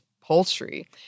poultry